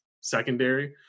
secondary